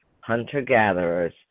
hunter-gatherers